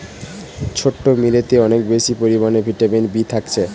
ছোট্ট মিলেতে অনেক বেশি পরিমাণে ভিটামিন বি থাকছে